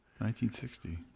1960